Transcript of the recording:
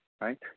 right